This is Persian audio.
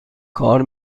کار